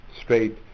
straight